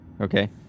Okay